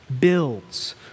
builds